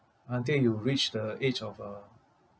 until you reach the age of uh